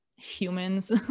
humans